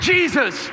Jesus